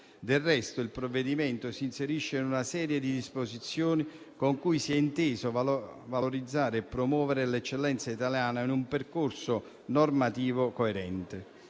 Del resto, il provvedimento si inserisce in una serie di disposizioni con cui si è inteso valorizzare e promuovere l'eccellenza italiana, in un percorso normativo coerente.